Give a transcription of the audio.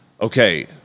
okay